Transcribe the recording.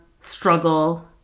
struggle